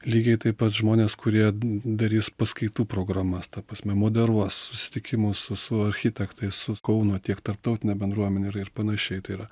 lygiai taip pat žmonės kurie darys paskaitų programas ta prasme moderuos susitikimus su su architektais su kauno tiek tarptautine bendruomene ir panašiai tai yra